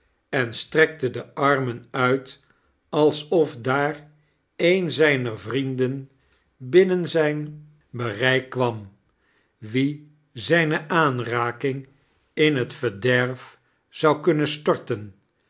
en strekte de armen uit alsof daar een zijner vrieinden binnen zijn charles dickens bereik kwam wien zijne aanraking in liet verderf zou kunhen storten